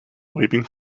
waving